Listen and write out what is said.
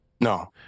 No